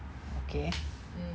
okay